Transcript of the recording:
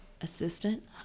Assistant